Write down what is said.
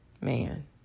Man